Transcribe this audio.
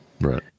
right